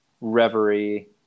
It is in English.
reverie